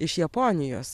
iš japonijos